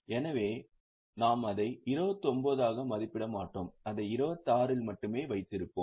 எனவே நாம் அதை 29 ஆக மதிப்பிட மாட்டோம் அதை 26 இல் மட்டுமே வைத்திருப்போம்